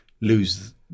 lose